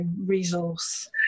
resource